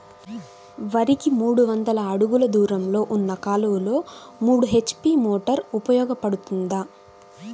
వరికి మూడు వందల అడుగులు దూరంలో ఉన్న కాలువలో మూడు హెచ్.పీ మోటార్ ఉపయోగపడుతుందా?